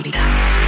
dance